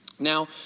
Now